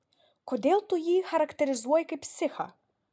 kodėl tu jį charakterizuoji kaip psichą